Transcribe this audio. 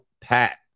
pat